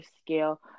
scale